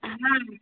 हाँ